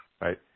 right